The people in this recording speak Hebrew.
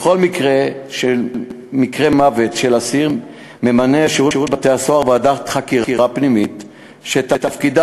בכל מקרה מוות של אסיר שירות בתי-הסוהר ממנה ועדת חקירה פנימית שתפקידה